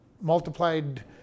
multiplied